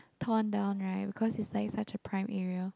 torn down right because it's like such a prime area